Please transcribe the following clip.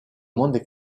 monde